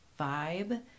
vibe